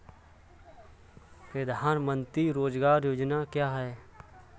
प्रधानमंत्री रोज़गार योजना क्या है?